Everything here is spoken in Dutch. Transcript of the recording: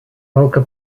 welke